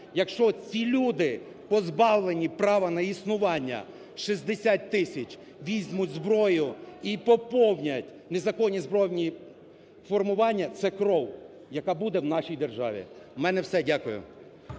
Якщо ці люди, позбавлені права на існування, 60 тисяч візьміть зброю і поповнять незаконні збройні формування – це кров, яка буде у нашій державі. У мене все. Дякую.